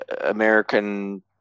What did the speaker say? American